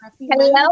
hello